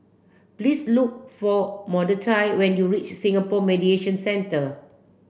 please look for Mordechai when you reach Singapore Mediation Centre